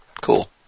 cool